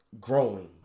growing